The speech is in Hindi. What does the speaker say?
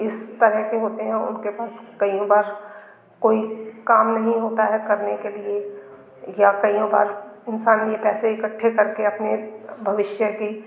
इस तरह के होते हैं उनके पास कइयों बार कोई काम नहीं होता है करने के लिए या कइयों बार इंसान यह पैसे इकट्ठे करके अपने भविष्य की